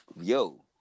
Yo